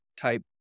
type